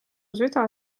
süda